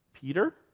Peter